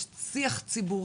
יש שיח ציבורי